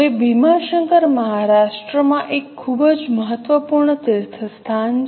હવે ભીમાશંકર મહારાષ્ટ્રમાં એક ખૂબ જ મહત્વપૂર્ણ તીર્થસ્થાન છે